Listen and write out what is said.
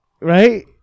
Right